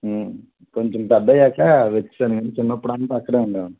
కొంచెం పెద్దయ్యాక వచ్చేసాను అండి చిన్నప్పుడు అంత అక్కడ ఉండేవాడిని